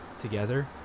together